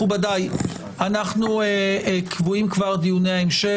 מכובדיי, קבועים כבר דיוני ההמשך.